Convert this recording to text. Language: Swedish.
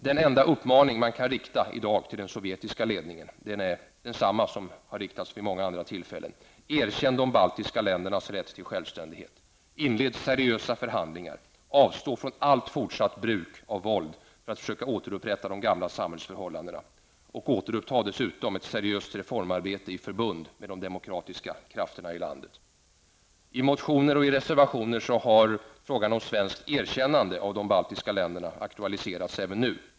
Den enda uppmaning man i dag kan rikta till den sovjetiska ledningen är densamma som har riktats vid många andra tillfällen: Erkänn de baltiska ländernas rätt till självständighet, inled seriösa förhandlingar, avstå från allt fortsatt bruk av våld för att försöka återupprätta de gamla samhällsförhållandena och återuppta dessutom ett seriöst reformarbete i förbund med de demokratiska krafterna i landet! I motioner och i reservationer har frågan om svenskt erkännande av de baltiska länderna aktualiserats.